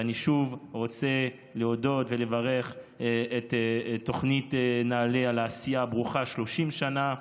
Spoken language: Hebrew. ואני שוב רוצה להודות ולברך את תוכנית נעל"ה על העשייה הברוכה 30 שנה.